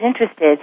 interested